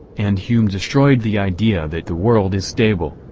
and hume destroyed the idea that the world is stable.